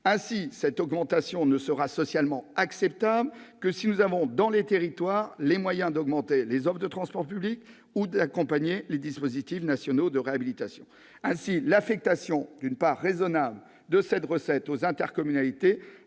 Or cette augmentation ne sera socialement acceptable que si nous avons les moyens, dans les territoires, d'augmenter l'offre de transport public ou d'accompagner les dispositifs nationaux de réhabilitation. Ainsi, l'affectation d'une part raisonnable de cette recette aux intercommunalités,